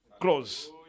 Close